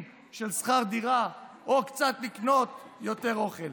של שכר דירה או לקנות קצת יותר אוכל.